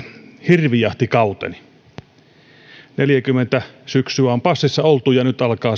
hirvijahtikauteni neljäkymmentä syksyä on passissa oltu ja nyt alkaa